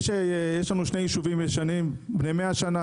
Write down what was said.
יש לנו שני יישובים ישנים בני מאה שנה,